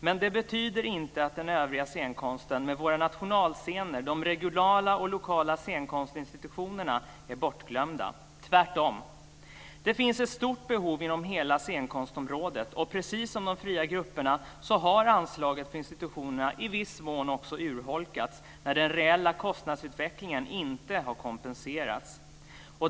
Men det betyder inte att den övriga scenkonsten med våra nationalscener, de regionala och lokala scenkonstinstitutionerna är bortglömda. Tvärtom! Det finns ett stort behov inom hela scenkonstområdet. Precis som de fria grupperna har anslaget för institutionerna i viss mån urholkats när den reella kostnadsutvecklingen inte har kompenserats.